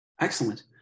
Excellent